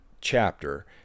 chapter